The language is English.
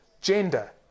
gender